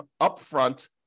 upfront